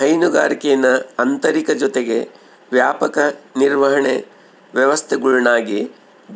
ಹೈನುಗಾರಿಕೇನ ಆಂತರಿಕ ಜೊತಿಗೆ ವ್ಯಾಪಕ ನಿರ್ವಹಣೆ ವ್ಯವಸ್ಥೆಗುಳ್ನಾಗಿ